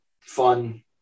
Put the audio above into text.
fun